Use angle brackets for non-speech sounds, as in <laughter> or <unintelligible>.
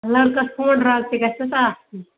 <unintelligible> پونڈٕ <unintelligible> تہِ گژھٮ۪س آسٕنۍ